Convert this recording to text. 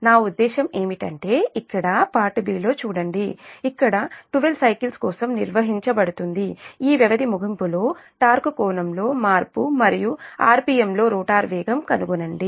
నా ఉద్దేశ్యం ఏమిటంటే ఇక్కడ పార్ట్ బి లో చూడండి ఇక్కడ 12 సైకిల్స్ కోసం నిర్వహించబడుతుంది ఈ వ్యవధి ముగింపులో టార్క్ కోణం లో మార్పు మరియు ఆర్పిఎమ్ లో రోటర్ వేగం కనుగొనండి